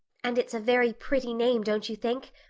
and it's a very pretty name, don't you think?